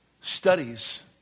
studies